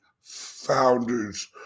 founder's